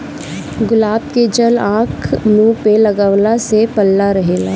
गुलाब के जल आँख, मुंह पे लगवला से पल्ला रहेला